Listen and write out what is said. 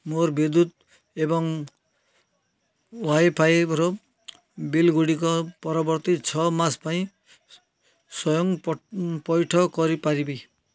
ମୋର ବିଦ୍ୟୁତ୍ ଏବଂ ୱାଇଫାଇର ବିଲ୍ଗୁଡ଼ିକ ପରବର୍ତ୍ତୀ ଛଅ ମାସ ପାଇଁ ସ୍ଵୟଂ ପୈଠ କରିପାରିବି